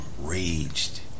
raged